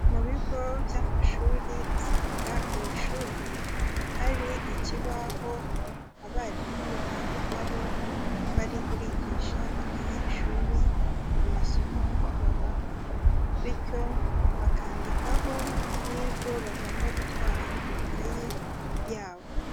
Mu bigo by'amashuri usanga buri shuri, hari ikibaho abarimu bandikaho bari kwigisha abanyeshuri, amasomo babaha. Bityo bakandikaho n'ibyo bagomba gutwara mu makayi yabo.